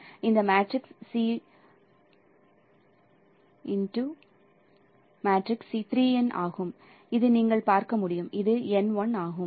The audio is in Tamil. எனவே இந்த மேட்ரிக்ஸ் 3 N ஆகும் இது நீங்கள் பார்க்க முடியும் இது N 1 ஆகும்